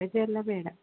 ಅದೆಲ್ಲ ಬೇಡ